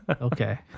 Okay